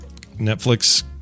Netflix